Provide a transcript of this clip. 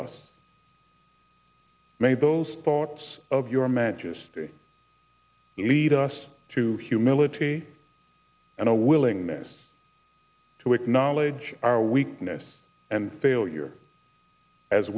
those thoughts of your majesty lead us to humility and a willingness to acknowledge our weakness and failure as